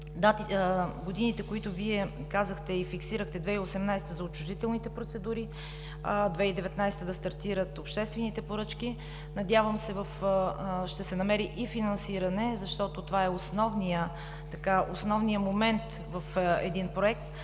годините, които Вие казахте и фиксирахте – 2018 г. за отчуждителните процедури, 2019 г. да стартират обществените поръчки. Надявам се ще се намери и финансиране, защото това е основният момент в един проект.